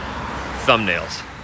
thumbnails